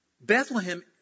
Bethlehem